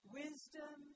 wisdom